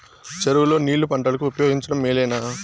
చెరువు లో నీళ్లు పంటలకు ఉపయోగించడం మేలేనా?